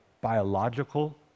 biological